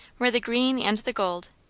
where the green and the gold,